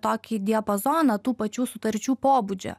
tokį diapazoną tų pačių sutarčių pobūdžio